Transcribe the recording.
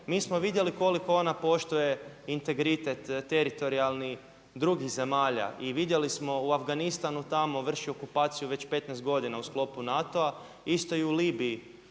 mi smo vidjeli koliko ona poštuje integritet teritorijalni drugih zemalja i vidjeli smo u Afganistanu tamo vrši okupaciju već 15 godina u sklopu NATO-a isto i u Libiji.